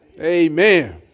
Amen